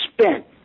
spent